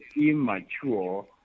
immature